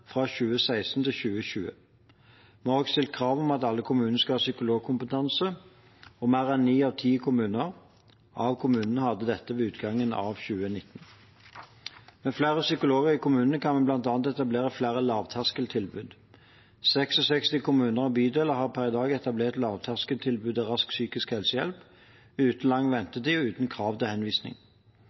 fra 2016 til 2020. Vi har også stilt krav om at alle kommuner skal ha psykologkompetanse, og mer enn ni av ti kommuner hadde dette ved utgangen av 2019. Med flere psykologer i kommunene kan vi bl.a. etablere flere lavterskeltilbud. 66 kommuner og bydeler har per i dag etablert lavterskeltilbudet Rask psykisk helsehjelp, uten lang ventetid og uten krav til henvisning.